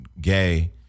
gay